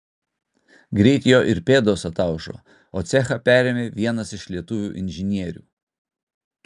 greit jo ir pėdos ataušo o cechą perėmė vienas iš lietuvių inžinierių